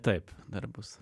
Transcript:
taip dar bus